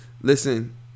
Listen